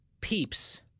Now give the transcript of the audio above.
Peeps